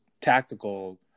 tactical